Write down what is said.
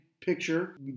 picture